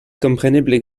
kompreneble